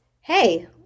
hey